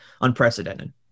unprecedented